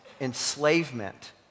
enslavement